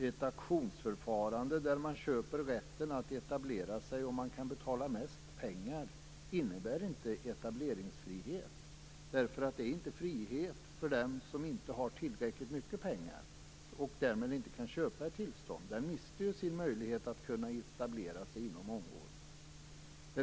Ett auktionsförfarande, där den som har rätt att etablera sig är den som kan betala mest, innebär inte etableringsfrihet. Det är inte frihet för den som inte har tillräckligt mycket pengar och därmed inte kan köpa ett tillstånd. Den mister ju sin möjlighet att etablera sig på området.